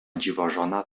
dziwożona